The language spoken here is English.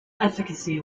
efficacy